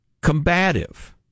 combative